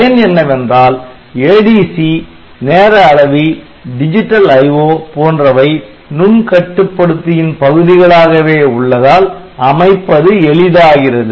பயன் என்னவென்றால் ADC நேர அளவி டிஜிட்டல் IO போன்றவை நுண் கட்டுப்படுத்தியின் பகுதிகளாகவே உள்ளதால் அமைப்பது எளிதாகிறது